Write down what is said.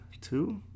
two